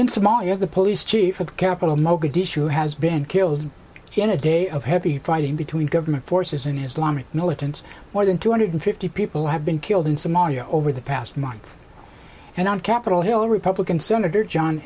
in somalia the police chief of the capital mogadishu has been killed in a day of heavy fighting between government forces and islamic militants more than two hundred fifty people have been killed in somalia over the past month and on capitol hill republican senator john